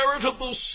veritable